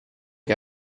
che